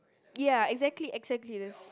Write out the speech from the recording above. ya exactly exactly there's